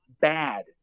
bad